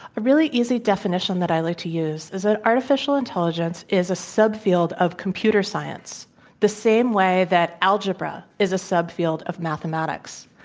a really easy definition that i like to use is that artificial intelligence is a sub-field of computer science the same way that algebra is a sub-field of mathematics.